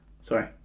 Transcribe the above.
Sorry